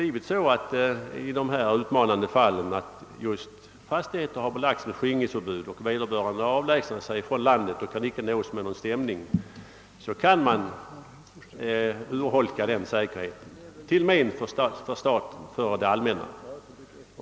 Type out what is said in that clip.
I de utmanande fallen har ägaren till fastighet som belagts med skingringsförbud avlägsnat sig från landet och kan inte nås med en stämning. På detta sätt kan säkerheten urholkas, till men för det allmänna.